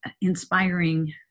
inspiring